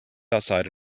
outside